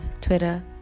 Twitter